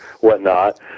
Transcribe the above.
whatnot